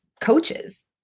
coaches